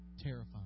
terrifying